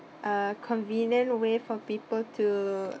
a convenient way for people to